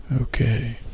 Okay